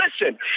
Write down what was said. listen